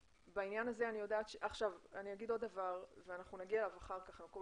אני אומר עוד דבר ואחר כך אנחנו נגיע